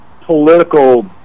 political